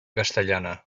castellana